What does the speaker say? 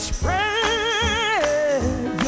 Spread